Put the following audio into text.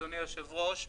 אדוני היושב-ראש,